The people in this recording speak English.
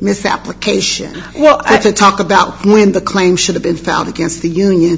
misapplication well talk about when the claim should have been found against the union